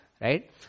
right